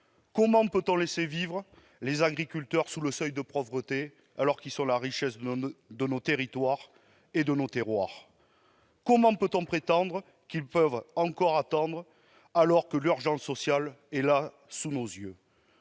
Comment peut-on laisser vivre les agriculteurs sous le seuil de pauvreté, alors qu'ils sont la richesse de nos territoires et de nos terroirs ? Comment peut-on prétendre qu'ils peuvent encore attendre, alors que l'urgence sociale est là, sous nos yeux ?